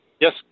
Yes